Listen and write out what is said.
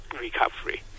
recovery